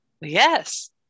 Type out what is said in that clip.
Yes